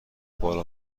بالا